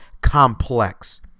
complex